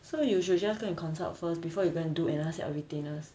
so you should just go and consult first before you go and do another set of retainers